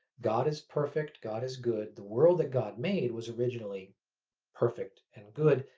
god is perfect, god is good, the world that god made was originally perfect and good,